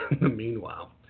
Meanwhile